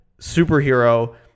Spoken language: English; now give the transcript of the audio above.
superhero